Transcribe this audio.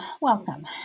welcome